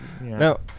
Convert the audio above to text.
No